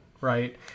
Right